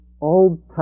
Old